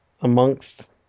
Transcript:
amongst